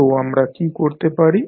তো আমরা কী করতে পারি